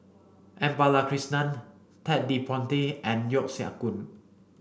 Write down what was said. M Balakrishnan Ted De Ponti and Yeo Siak Goon